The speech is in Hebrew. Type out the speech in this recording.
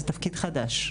זה תפקיד חדש.